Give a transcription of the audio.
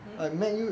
hmm